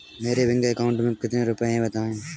मेरे bank account में कितने रुपए हैं बताएँ?